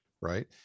Right